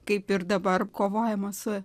kaip ir dabar kovojama su